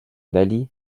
dalí